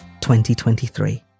2023